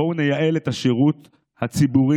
בואו נייעל את השירות הציבורי,